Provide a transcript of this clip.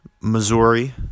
Missouri